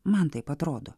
man taip atrodo